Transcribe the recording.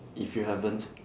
if you haven't